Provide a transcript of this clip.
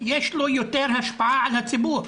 יש לו יותר השפעה על הציבור.